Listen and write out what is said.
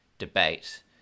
debate